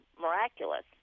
miraculous